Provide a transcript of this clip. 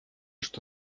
что